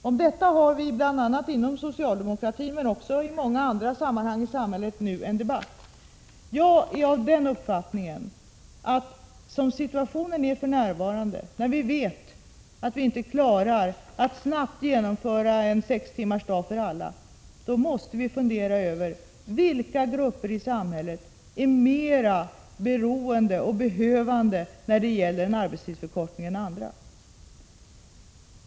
Om detta förs nu, inom socialdemokratin liksom på många andra håll i samhället, en debatt. Min uppfattning är att vi, eftersom vi för närvarande har en situation där vi vet att vi inte klarar att snabbt genomföra en arbetstidsförkortning till sex timmar för alla, måste fundera över vilka grupper i samhället som är mer beroende och behövande när det gäller en arbetstidsförkortning än andra.